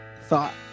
thought